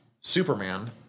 Superman